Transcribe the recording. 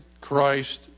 Christ